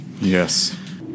Yes